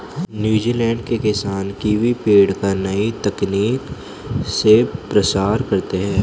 New Zealand के किसान kiwi पेड़ का नई तकनीक से प्रसार करते हैं